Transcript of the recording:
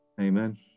Amen